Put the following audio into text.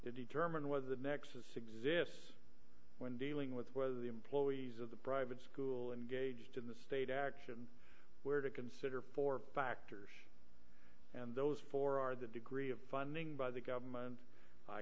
determine was the nexus exists when dealing with whether the employees of the private school and gauged in the state action where to consider four factors and those four are the degree of funding by the government i